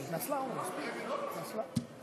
חבר הכנסת המאוד-מכובד,